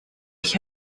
ich